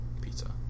pizza